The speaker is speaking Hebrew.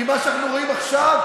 כי מה שאנחנו רואים עכשיו,